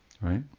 Right